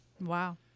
Wow